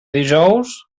dijous